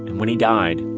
and when he died,